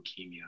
leukemia